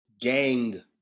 gang